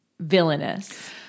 Villainous